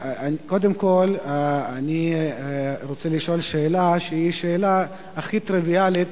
קודם כול אני רוצה לשאול שאלה שהיא שאלה הכי טריוויאלית